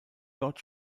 dort